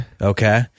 Okay